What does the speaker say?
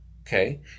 Okay